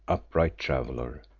upright traveller,